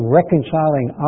reconciling